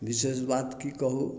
विशेष बात की कहू